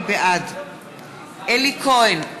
בעד אלי כהן,